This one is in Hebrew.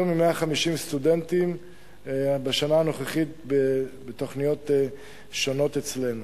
יותר מ-150 סטודנטים בשנה הנוכחית בתוכניות שונות אצלנו.